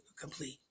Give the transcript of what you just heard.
complete